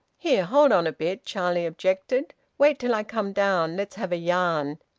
here! hold on a bit, charlie objected. wait till i come down. let's have a yarn.